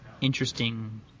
interesting